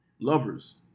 lovers